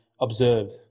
observed